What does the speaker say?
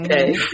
Okay